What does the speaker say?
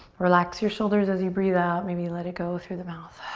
relax your shoulders as you breathe out. maybe you let it go through the mouth.